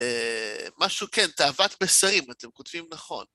משהו כן, תאוות בשרים, אתם כותבים נכון.